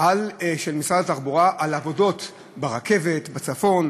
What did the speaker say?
של משרד התחבורה על עבודות ברכבת בצפון,